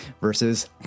versus